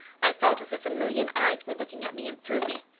i felt as if a million eyes were looking at me and through me,